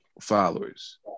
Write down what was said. followers